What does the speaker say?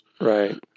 Right